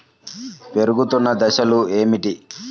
పెరుగుతున్న దశలు ఏమిటి?